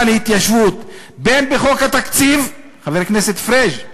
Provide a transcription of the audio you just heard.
להתיישבות בין בחוק התקציב" חבר הכנסת פריג',